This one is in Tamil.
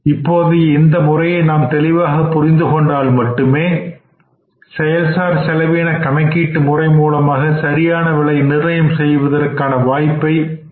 இப்போதைய இந்த முறையை நாம் தெளிவாக புரிந்து கொண்டால் மட்டுமே செயல் சார் செலவின கணக்கீட்டு முறை மூலமாக சரியான விலை நிர்ணயம் செய்வதற்கு நாம் வாய்ப்பை ஏற்படுத்துவோம்